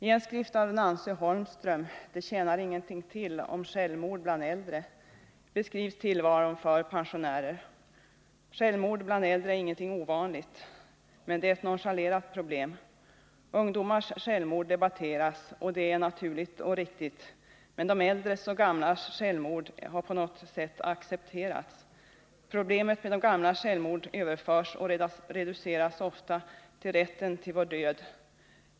I en skrift av Nancy Holmström Det tjänar ingenting till — om självmord bland äldre, beskrivs tillvaron för pensionärer. Självmord bland äldre är ingenting ovanligt, men det är ett nonchalerat problem. Ungdomars självmord debatteras, och det är naturligt och riktigt, men de äldres och gamlas självmord har på något sätt accepterats. Problemet med de gamlas självmord överförs och reduceras ofta till Rätten till vår död.